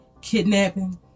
kidnapping